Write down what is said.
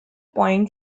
point